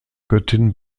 göttin